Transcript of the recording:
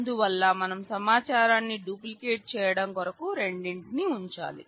అందువల్ల మనం సమాచారాన్ని డూప్లికేట్ చేయడం కొరకు రెండింటిని ఉంచాలి